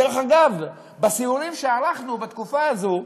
דרך אגב, בסיורים שערכנו בתקופה הזאת,